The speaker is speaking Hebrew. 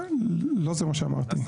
לא זה מה שאמרתי.